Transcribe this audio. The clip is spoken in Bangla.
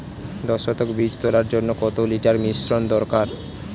দশ শতক বীজ তলার জন্য কত লিটার মিশ্রন দরকার?